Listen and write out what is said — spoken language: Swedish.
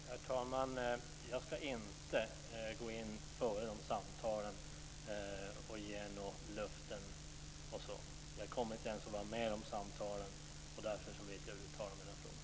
Herr talman! Jag ska inte gå in före samtalen och ge några löften. Jag kommer inte ens att vara med på samtalen, och därför vill jag inte uttala mig i frågan.